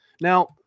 Now